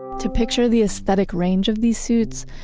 to picture the aesthetic range of these suits,